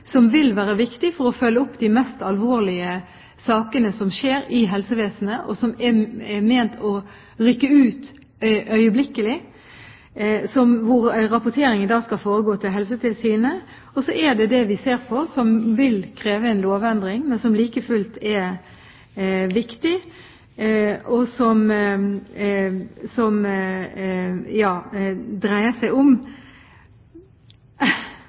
vil være viktig for å følge opp de mest alvorlige sakene som skjer i helsevesenet – som er ment å rykke ut øyeblikkelig, og hvor rapporteringen da skal foregå til Helsetilsynet. Så er det det vi ser på som vil kreve en lovendring, men som like fullt er viktig, og som dreier seg om